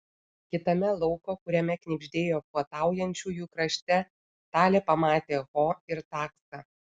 kitame lauko kuriame knibždėjo puotaujančiųjų krašte talė pamatė ho ir taksą